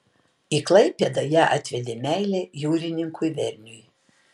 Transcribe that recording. į klaipėdą ją atvedė meilė jūrininkui verniui